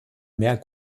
mehr